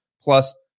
plus